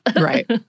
right